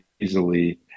easily